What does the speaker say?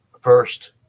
first